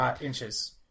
inches